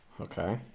okay